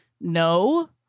No